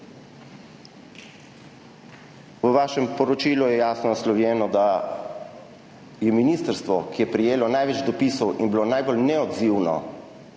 V vašem poročilu je jasno naslovljeno, da je bilo ministrstvo, ki je prejelo največ dopisov in bilo najbolj neodzivno